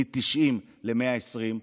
מ-90 ל-120.